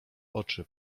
oczy